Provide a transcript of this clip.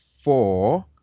four